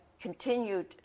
continued